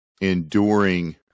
enduring